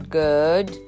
good